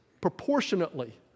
proportionately